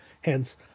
Hence